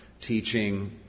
teaching